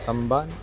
അംബാൻ